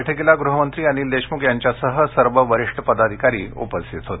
बैठकीला गृहमंत्री अनिल देशम्ख यांच्यासह सर्व वरिष्ठ पदाधिकारी उपस्थित होते